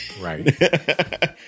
right